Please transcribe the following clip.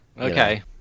Okay